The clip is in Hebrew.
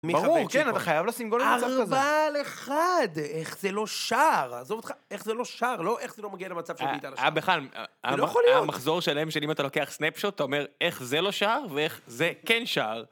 ברור, כן, אתה חייב לשים גול למצב כזה. ארבע על אחד, איך זה לא שער. עזוב אותך, איך זה לא שער, לא איך זה לא מגיע למצב שהיית על השער. בכלל, המחזור שלהם, שאם אתה לוקח סנפשוט, אתה אומר איך זה לא שער ואיך זה כן שער.